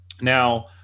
Now